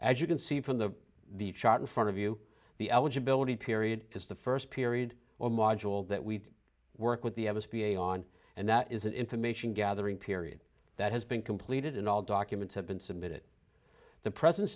as you can see from the the chart in front of you the eligibility period is the first period or module that we work with the be on and that is an information gathering period that has been completed and all documents have been submitted the present